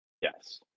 Yes